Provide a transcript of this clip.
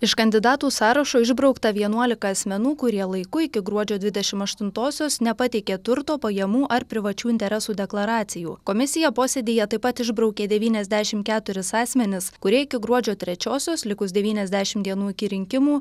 iš kandidatų sąrašo išbraukta vienuolika asmenų kurie laiku iki gruodžio dvidešim aštuntosios nepateikė turto pajamų ar privačių interesų deklaracijų komisija posėdyje taip pat išbraukė devyniasdešim keturis asmenis kurie iki gruodžio trečiosios likus devyniasdešim dienų iki rinkimų